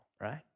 right